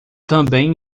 também